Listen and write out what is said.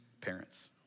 parents